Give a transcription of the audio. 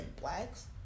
blacks